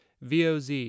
VOZ